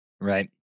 Right